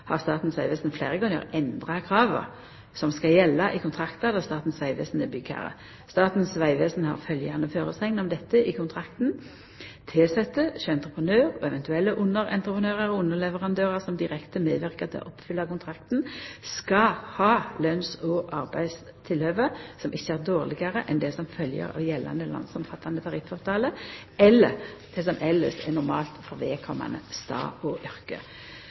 har Statens vegvesen fleire gonger endra krava som skal gjelda i kontraktar der Statens vegvesen er byggherre. Staten vegvesen har følgjande føresegn om dette i kontrakten: «Tilsette hjå entreprenør og eventuelle underentreprenørar og underleverandørar som direkte medverkar til å oppfylla kontrakten, skal ha løns- og arbeidstilhøve som ikkje er dårlegare enn det som følgjer av gjeldande landsomfattande tariffavtale, eller det som elles er normalt for vedkomande stad og yrke.»